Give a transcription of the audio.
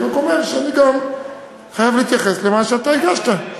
אני רק אומר שאני גם חייב להתייחס למה שאתה הגשת.